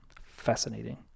fascinating